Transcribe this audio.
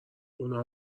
اونا